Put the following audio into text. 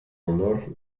honor